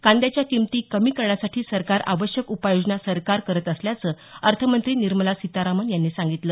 कांद्याच्या किमती कमी करण्यासाठी सरकार आवश्यक उपाययोजना सरकार करत असल्याचं अर्थमंत्री निर्मला सीतारामन यांनी सांगितलं